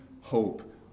hope